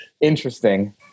interesting